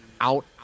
out